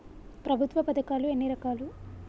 ప్రభుత్వ పథకాలు ఎన్ని రకాలు?